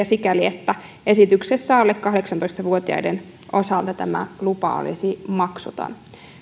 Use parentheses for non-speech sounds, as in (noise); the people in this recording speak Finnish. (unintelligible) sikäli että esityksessä alle kahdeksantoista vuotiaiden osalta tämä lupa olisi maksuton